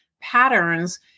patterns